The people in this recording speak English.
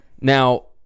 Now